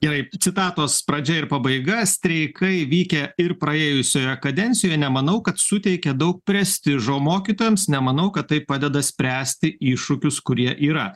gerai citatos pradžia ir pabaiga streikai vykę ir praėjusioje kadencijoje nemanau kad suteikia daug prestižo mokytojams nemanau kad tai padeda spręsti iššūkius kurie yra